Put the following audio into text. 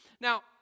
Now